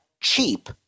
cheap